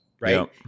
right